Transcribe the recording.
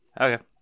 Okay